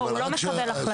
הוא לא מקבל החלטות.